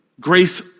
grace